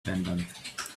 abandoned